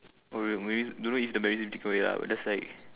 maybe don't know if the memory can be take away lah but that's like